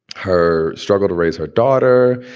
her struggle to raise her daughter.